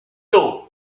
dos